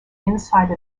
inside